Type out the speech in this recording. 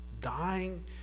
dying